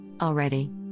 already